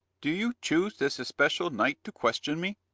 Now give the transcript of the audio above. do you choose this especial night to question me?